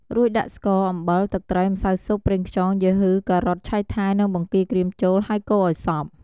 រួចដាក់ស្ករ អំបីល ទឹកត្រី ម្សៅស៊ុប ប្រេងខ្យង យូហឺ ការ៉ុត ឆៃថាវ និងបង្គាក្រៀមចូល ហើយកូរឱ្យសព្វ។